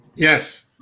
yes